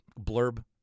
blurb